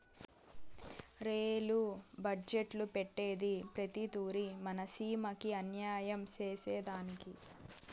rail budget పెట్టేదే ప్రతి తూరి మన సీమకి అన్యాయం సేసెదానికి